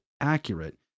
accurate